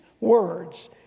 words